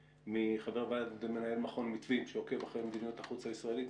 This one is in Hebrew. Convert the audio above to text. חבר ועד מנהל מכון מתווים שעוקב אחרי מדיניות החוץ הישראלית.